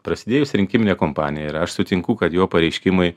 prasidėjusi rinkiminė kompanija ir aš sutinku kad jo pareiškimai